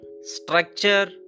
structure